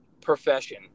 profession